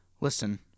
Listen